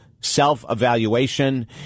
self-evaluation